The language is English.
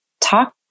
talk